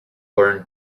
learned